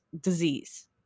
disease